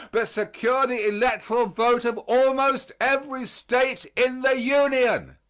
but secure the electoral vote of almost every state in the union.